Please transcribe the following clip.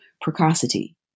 precocity